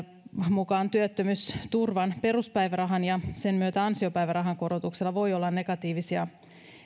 mukaan työttömyysturvan peruspäivärahan ja sen myötä ansiopäivärahan korotuksella voi olla negatiivisia